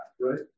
right